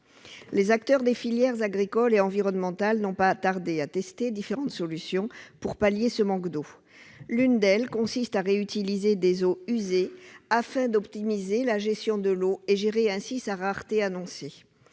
Les acteurs des filières agricoles et environnementales n'ont pas tardé à tester différentes solutions pour pallier ce manque d'eau. L'une d'elles consiste à réutiliser des eaux usées afin d'optimiser la gestion de l'eau et d'anticiper ainsi sa rareté annoncée.